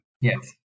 Yes